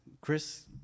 Chris